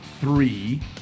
three